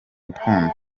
rukundo